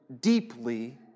deeply